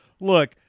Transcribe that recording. look